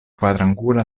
kvarangula